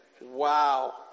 Wow